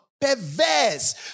Perverse